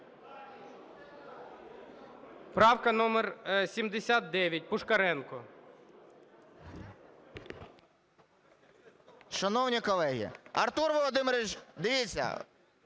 Правка номер 79, Пушкаренко.